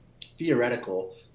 theoretical